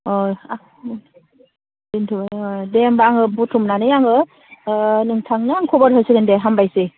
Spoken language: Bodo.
अ दोनथ'बाय औ दे होनबा आङो बुथुमनानै आङो नोंथांनो आं खबर होसिगोन दे हामबायसै